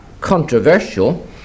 controversial